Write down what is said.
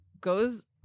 goes